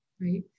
right